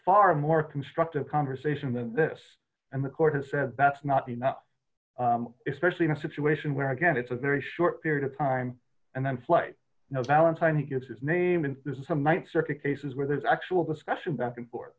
far more constructive conversation than this and the court has said that's not enough especially in a situation where again it's a very short period of time and then flight no valentine he gets his name and this is some night circa cases where there's actual discussion back and forth